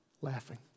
laughing